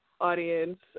audience